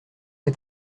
est